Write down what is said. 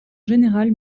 général